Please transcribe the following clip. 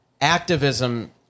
activism